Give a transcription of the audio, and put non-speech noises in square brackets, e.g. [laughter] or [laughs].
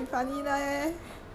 [laughs]